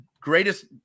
greatest